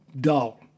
dull